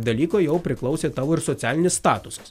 dalyko jau priklausė tavo ir socialinis statusas